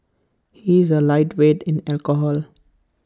he is A lightweight in alcohol